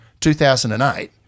2008